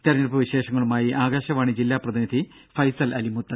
തെരഞ്ഞെടുപ്പു വിശേഷങ്ങളുമായി ആകാശവാണി ജില്ലാ പ്രതിനിധി ഫൈസൽ അലി മുത്ത്